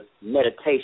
meditation